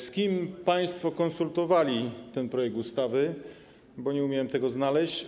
Z kim państwo konsultowali ten projekt ustawy, bo nie umiałem tego znaleźć?